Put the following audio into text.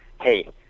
Hey